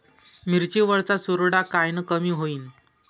मिरची वरचा चुरडा कायनं कमी होईन?